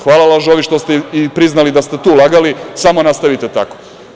Hvala, lažovi, što ste priznali da ste i tu lagali, samo nastavite tako.